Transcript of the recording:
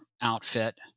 outfit